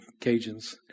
Cajuns